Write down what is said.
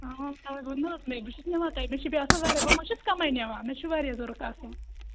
تَوَے ووٚن نہ حظ مےٚ بہٕ چھَس نِوان تۄہہِ مےٚ چھِ بیٚیہِ آسان واریاہ بہٕ ما چھَس کَمٕے نِوان مےٚ چھِ واریاہ ضوٚرَتھ آسان